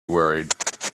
worried